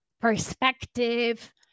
perspective